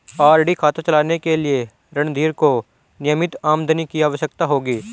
RD खाता चलाने के लिए रणधीर को नियमित आमदनी की आवश्यकता होगी